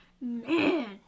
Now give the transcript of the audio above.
Man